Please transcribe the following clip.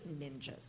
ninjas